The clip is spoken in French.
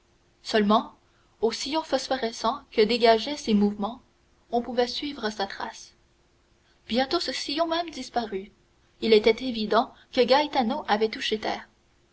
seulement au sillon phosphorescent que dégageaient ses mouvements on pouvait suivre sa trace bientôt ce sillon même disparut il était évident que gaetano avait touché terre